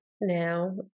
now